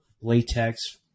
latex